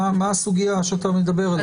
מה הסוגיה שאתה מדבר עליה?